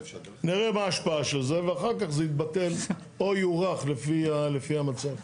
נראה מה ההשפעה של זה ואחר כך זה יתבטל או יוארך לפי המצב.